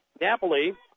Napoli